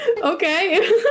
Okay